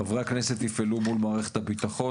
חברי הכנסת יפעלו מול מערכת הביטחון,